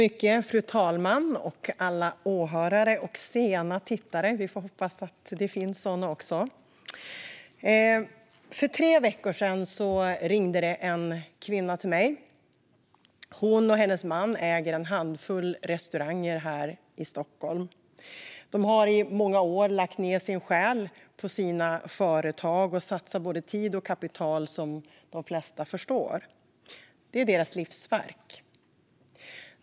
Fru talman, åhörare och tittare! För tre veckor sedan ringde en kvinna till mig. Hon och hennes man äger en handfull restauranger i Stockholm. De har i många år lagt ned sin själ i företaget och satsat både tid och kapital. Det är deras livsverk.